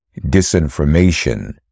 disinformation